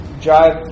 drive